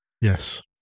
Yes